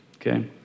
okay